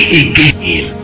again